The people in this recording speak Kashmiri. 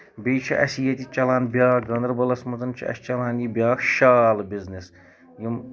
بیٚیہِ چھُ اَسہِ ییٚتہِ چلان اکھ بیاکھ گاندربلس منٛز چھُ اَسہِ چلان یہِ بیاکھ شال بِزنِس یِم